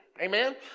Amen